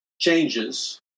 Changes